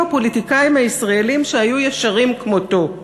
הפוליטיקאים הישראלים שהיו ישרים כמותו.